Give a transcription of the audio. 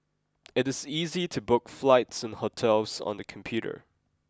it is easy to book flights and hotels on the computer